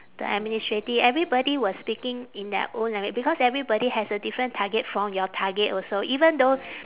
the administrative everybody will speaking in their own language because everybody has a different target from your target also even though